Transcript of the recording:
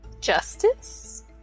Justice